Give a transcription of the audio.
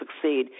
succeed